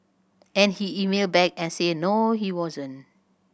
and he emailed back and said no he wasn't